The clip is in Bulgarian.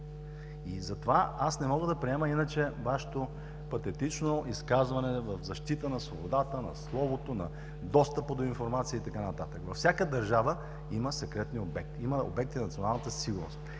Затова не мога да приема иначе Вашето патетично изказване в защита на свободата на словото, на достъпа до информация и така нататък. Във всяка държава има секретни обекти, има обекти на националната сигурност.